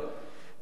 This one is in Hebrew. ולכן,